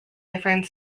different